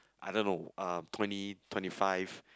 I don't know uh twenty twenty five